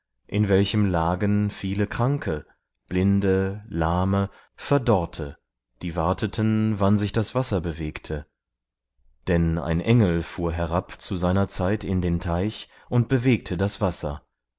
in welchem lagen viele kranke blinde lahme verdorrte die warteten wann sich das wasser bewegte denn ein engel fuhr herab zu seiner zeit in den teich und bewegte das wasser